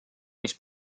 mis